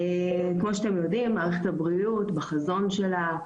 כמו שאתם יודעים מערכת הבריאות בחזון שלה,